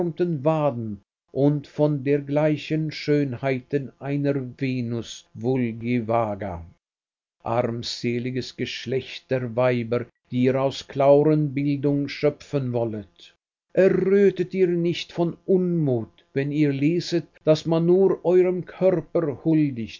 und von dergleichen schönheiten einer venus vulgivaga armseliges geschlecht der weiber die ihr aus clauren bildung schöpfen wollet errötet ihr nicht vor unmut wenn ihr leset daß man nur eurem körper huldigt